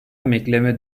emekleme